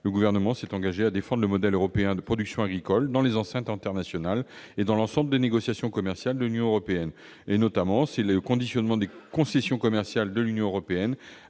le Gouvernement s'est engagé à défendre le modèle européen de production agricole dans les enceintes internationales et dans l'ensemble des négociations commerciales de l'Union européenne. Ainsi, nous conditionnons les concessions commerciales de l'Union européenne